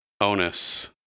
onus